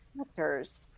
actors